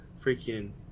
freaking